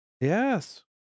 Yes